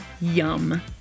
yum